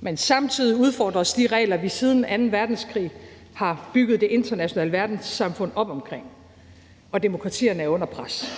men samtidig udfordres de regler, vi siden anden verdenskrig har bygget det internationale verdenssamfund op omkring, og demokratierne er under pres.